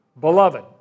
Beloved